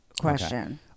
question